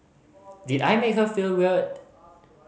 did I make her feel weird